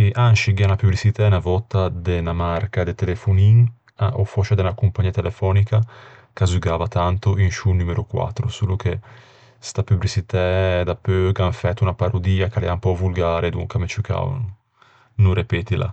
E ansci, gh'ea unna pubriçitæ unna vòtta de unna marca de telefonin, ò fòscia de unna compagnia telefònica, ch'a zugava tanto in sciô numero quattro, solo che sta pubriçitæ dapeu gh'an fæto unna parodia ch'a l'ea un pö volgare e donca m'é ciù cao no- no repetila.